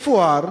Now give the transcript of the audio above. מפואר.